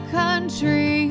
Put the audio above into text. country